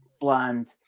Bland